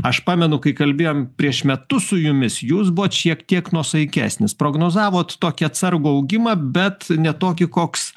aš pamenu kai kalbėjom prieš metus su jumis jūs buvot šiek tiek nuosaikesnis prognozavot tokį atsargų augimą bet ne tokį koks